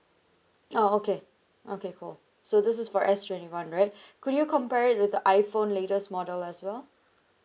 oh okay okay cool so this is for S twenty one right could you compare it with the iphone latest model as well